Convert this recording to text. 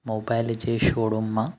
mobile जे showroom मां